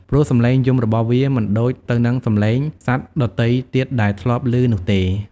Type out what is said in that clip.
ព្រោះសំឡេងយំរបស់វាមិនដូចទៅនឹងសំឡេងសត្វដទៃទៀតដែលធ្លាប់លឺនោះទេ។